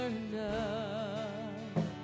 enough